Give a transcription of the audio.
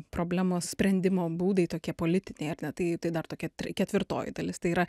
problemos sprendimo būdai tokie politiniai ar ne tai tai dar tokia tre ketvirtoji dalis tai yra